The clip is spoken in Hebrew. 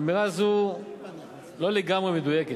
אמירה זאת אינה לגמרי מדויקת.